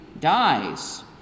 dies